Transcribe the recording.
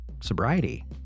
sobriety